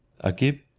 agib,